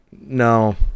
no